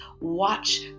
watch